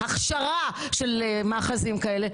הכשרה של מאחזים כאלה,